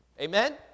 Amen